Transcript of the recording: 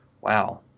wow